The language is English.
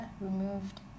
removed